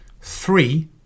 three